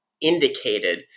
indicated